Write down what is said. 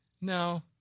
No